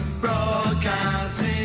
Broadcasting